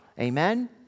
amen